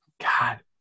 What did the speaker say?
God